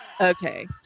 okay